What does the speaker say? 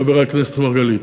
חבר הכנסת מרגלית,